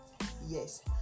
Yes